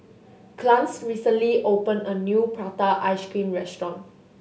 Clarnce recently opened a new prata ice cream restaurant